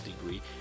degree